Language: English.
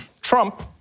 Trump